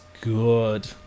good